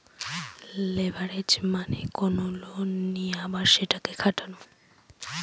leverage মানে কোনো loan নিয়ে আবার সেটাকে খাটানো